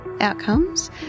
outcomes